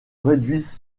réduisent